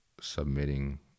submitting